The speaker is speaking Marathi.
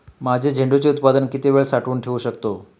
माझे झेंडूचे उत्पादन किती वेळ साठवून ठेवू शकतो?